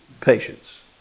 patience